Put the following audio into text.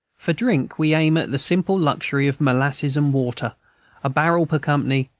for drink we aim at the simple luxury of molasses-and-water, a barrel per company,